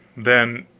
then,